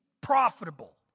profitable